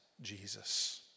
Jesus